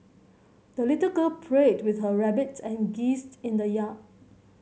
the little girl played with her rabbit and geese in the yard